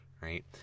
Right